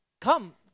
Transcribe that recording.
come